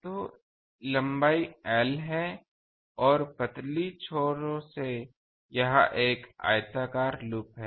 तो लंबाई एल है पतली छोरों से यह एक आयताकार लूप है